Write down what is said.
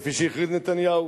כפי שהכריז נתניהו,